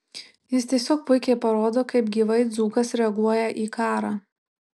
jis tiesiog puikiai parodo kaip gyvai dzūkas reaguoja į karą